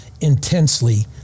intensely